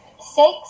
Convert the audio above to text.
Six